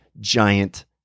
giant